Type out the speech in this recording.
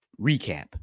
recap